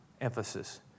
Emphasis